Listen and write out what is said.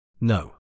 No